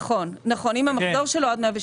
נכון, אם המחזור שלו הוא עד 107,000 ₪.